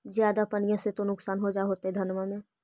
ज्यादा पनिया से तो नुक्सान हो जा होतो धनमा में?